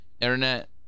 Internet